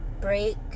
break